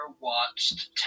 watched